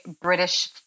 British